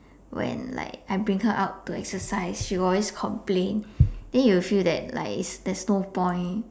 when like I bring her out to exercise she will always complain then you will feel that like is there's no point